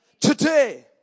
today